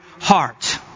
heart